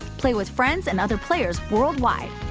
play with friends and other players worldwide!